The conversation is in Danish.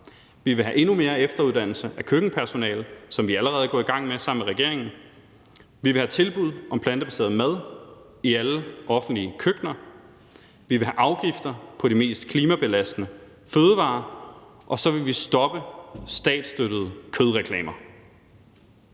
Vi vil have endnu mere efteruddannelse af køkkenpersonale, hvad vi i allerede er gået i gang med sammen med regeringen. Vi vil have tilbud om plantebaseret mad i alle offentlige køkkener, vi vil have afgifter på de mest klimabelastende fødevarer, og så vil vi stoppe statsstøttede kødreklamer.